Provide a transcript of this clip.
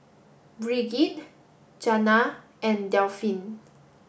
Brigid Jana and Delphin